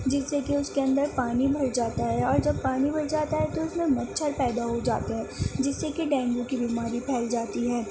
جس سے کہ اس کے اندر پانی بھر جاتا ہے اور جب پانی بھر جاتا ہے تو اس میں مچھر پیدا ہو جاتے ہیں جس سے کے ڈینگو کی بیماری پھیل جاتی ہے